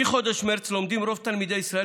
מחודש מרץ לומדים רוב תלמידי ישראל